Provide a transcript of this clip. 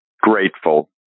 grateful